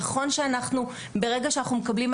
נכון שברגע שאנחנו מקבלים,